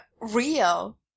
real